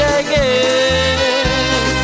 again